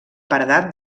paredat